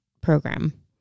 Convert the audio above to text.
program